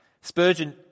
Spurgeon